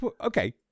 okay